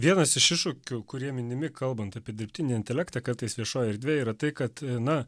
vienas iš iššūkių kurie minimi kalbant apie dirbtinį intelektą kartais viešoj erdvėj yra tai kad na